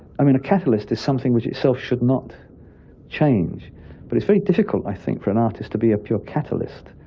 i mean, a catalyst is something which itself should not change, but it's very difficult, i think, for an artist to be a pure catalyst.